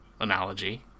analogy